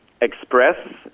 express